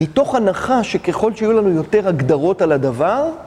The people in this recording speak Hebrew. מתוך הנחה שככל שיהיו לנו יותר הגדרות על הדבר,